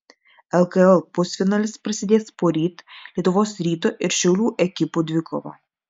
lkl pusfinalis prasidės poryt lietuvos ryto ir šiaulių ekipų dvikova